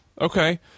Okay